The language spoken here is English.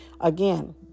Again